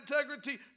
integrity